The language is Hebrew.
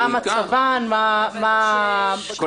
מה מצבם -- הוא בעיקר מסתכל על האוכלוסייה הזאת.